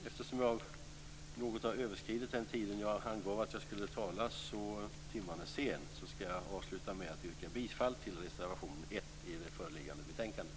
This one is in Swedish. Eftersom jag något har överskridit den tid som jag angav att jag skulle tala och timmen är sen ska jag avsluta med att yrka bifall till reservation nr 1 i det föreliggande betänkandet.